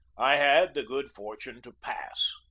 i had the good fortune to pass.